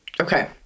Okay